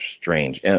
strange